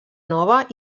nova